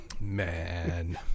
Man